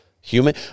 human